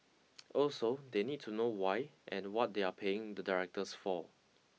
also they need to know why and what they are paying the directors for